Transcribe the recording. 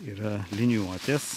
yra liniuotės